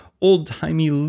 old-timey